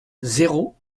zéro